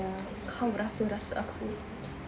kau rasa-rasa aku